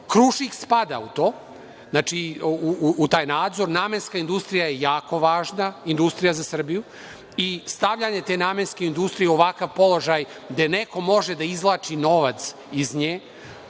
„Krušik“ spada u to, u taj nadzor. Namenska industrija je jako važna industrija za Srbiju i stavljanje te namenske industrije u ovakva položaj gde neko može da izvlači novac iz nje,